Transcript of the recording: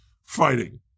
Fighting